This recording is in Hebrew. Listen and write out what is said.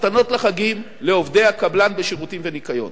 מתנות לחגים, לעובדי הקבלן בשירותים וניקיון.